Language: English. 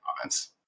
comments